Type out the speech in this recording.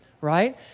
right